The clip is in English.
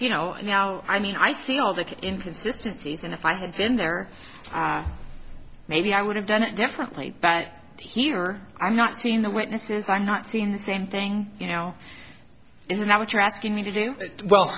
you know now i mean i see all the inconsistency and if i had been there maybe i would have done it differently but here i'm not seeing the witnesses i'm not seeing the same thing now is that what you're asking me to do well